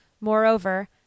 Moreover